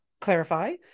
clarify